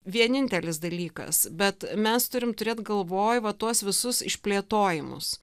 vienintelis dalykas bet mes turim turėt galvoj va tuos visus išplėtojimus